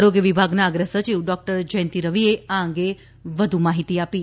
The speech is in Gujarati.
આરોગ્ય વિભાગના અગ્રસચિવ ડોક્ટર જયંતિ રવિએ આ અંગે વધુ માહિતી આપી હતી